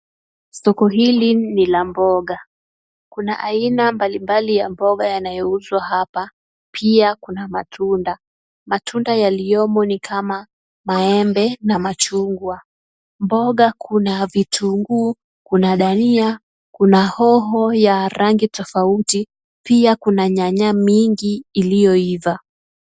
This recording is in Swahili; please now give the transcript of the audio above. Soko hili ni la mboga. Kuna aina mbalimbali ya mboga yanayouzwa hapa, pia kuna matunda. Matunda yaliyomo ni kama maembe na machungwa. Mboga kuna vitunguu, kuna dania, kuna hoho ya rangi tofauti, pia kuna nyanya mingi iliyoiva.